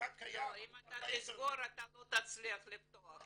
המותג וסטי קיים --- אם אתה תסגור אתה לא תצליח לפתוח.